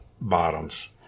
bottoms